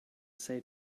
say